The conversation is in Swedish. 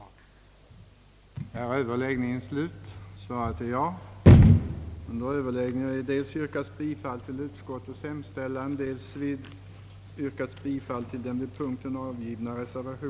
att enligt hans uppfattning flertalet röstat för ja-propositionen.